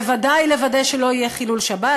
בוודאי לוודא שלא יהיה חילול שבת,